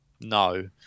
no